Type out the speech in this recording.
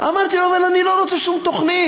אמרתי לו: אבל אני לא רוצה שום תוכנית,